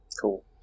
Cool